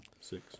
six